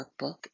workbook